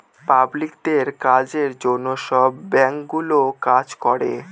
পাবলিকদের কাজের জন্য সব ব্যাঙ্কগুলো কাজ করে